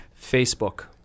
Facebook